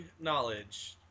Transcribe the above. knowledge